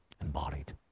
embodied